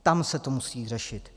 Tam se to musí řešit.